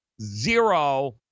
Zero